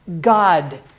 God